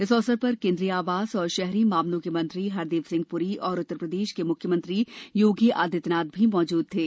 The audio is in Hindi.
इस अवसर पर केंद्रीय आवास और शहरी मामलों के मंत्री हरदीप सिंह प्ररी और उत्तर प्रदेश के मुख्यमंत्री योगी आदित्यनाथ भी उपस्थित थे